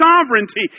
sovereignty